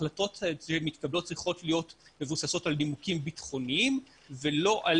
ההחלטות שמתקבלות צריכות מבוססות על נימוקים ביטחוניים ולא על